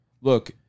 Look